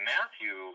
Matthew